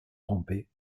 trompée